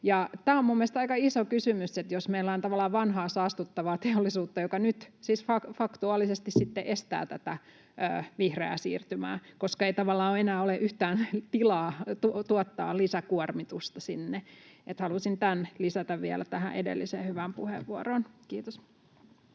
minun mielestäni aika iso kysymys, jos meillä on tavallaan vanhaa saastuttavaa teollisuutta, joka nyt siis faktuaalisesti sitten estää tätä vihreää siirtymää, koska ei tavallaan enää ole yhtään tilaa tuottaa lisäkuormitusta sinne. Halusin tämän lisätä vielä tähän edelliseen hyvään puheenvuoroon. — Kiitos.